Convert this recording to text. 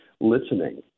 listening